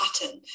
pattern